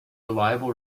reliable